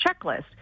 checklist